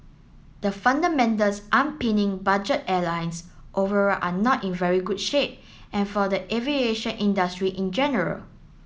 the fundamentals budget airlines overall are not in very good shape and for the aviation industry in general